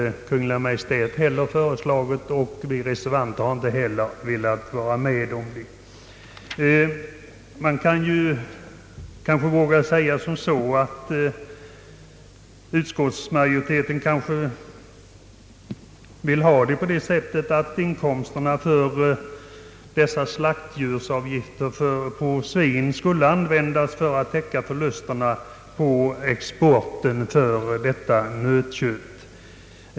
Det har varken vi reservanter eller Kungl. Maj:t velat vara med om. Utskottsmajoriteten kanske vill att inkomsterna genom dessa slaktdjursavgifter på svin skall användas till att täcka förluster på exporten av nötkött.